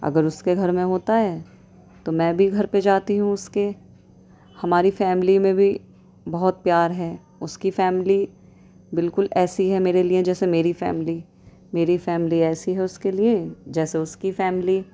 اگر اس کے گھر میں ہوتا ہے تو میں بھی گھر پہ جاتی ہوں اس کے ہماری فیملی میں بھی بہت پیار ہے اس کی فیملی بالکل ایسی ہے میرے لیے جیسی میری فیملی میری فیملی ایسی ہے اس کے لیے جیسے اس کی فیملی